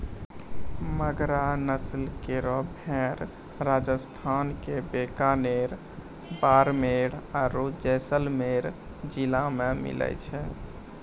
मगरा नस्ल केरो भेड़ राजस्थान क बीकानेर, बाड़मेर आरु जैसलमेर जिला मे मिलै छै